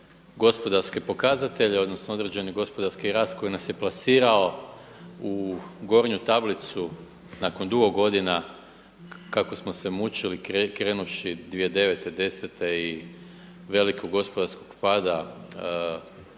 gospodarske pokazatelje odnosno određene gospodarski rast koji nas je plasirao u gornju tablicu nakon dugo godina kako smo se mučili krenuvši 2009., 2010. i velikog gospodarskog pada